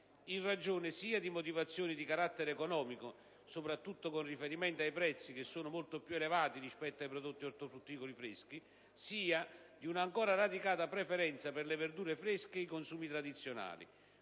in ragione sia di motivazioni di carattere economico (soprattutto con riferimento ai prezzi, che sono molto più elevati rispetto ai prodotti ortofrutticoli freschi), sia di una ancora radicata preferenza per le verdure fresche e i consumi tradizionali,